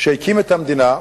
שהקים את המדינה,